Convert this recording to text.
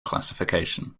classification